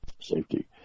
safety